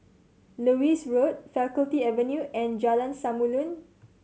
Lewis Road Faculty Avenue and Jalan Samulun